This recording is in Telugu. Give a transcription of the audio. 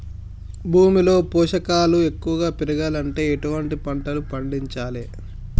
భూమిలో పోషకాలు ఎక్కువగా పెరగాలంటే ఎటువంటి పంటలు పండించాలే?